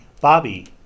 Bobby